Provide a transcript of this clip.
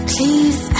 Please